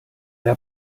der